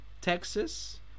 Texas